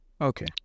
Okay